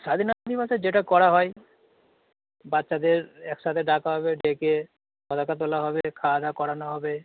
স্বাধীনতা দিবসে যেটা করা হয় বাচ্চাদের একসাথে ডাকা হবে ডেকে পতাকা তোলা হবে খাওয়া দাওয়া করানো হবে